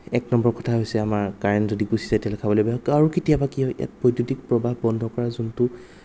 এক নম্বৰ কথা হৈছে আমাৰ কাৰেণ্ট যদি গুচি যায় তেতিয়াহ'লে খাবলৈ বেয়া হয় আৰু কেতিয়াবা কি হয় ইয়াত বৈদ্যুতিক প্ৰৱাহ বন্ধ কৰাৰ যোনটো